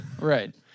right